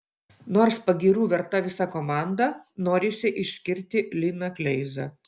nors pagyrų verta visa komanda norisi išskirti liną kleizą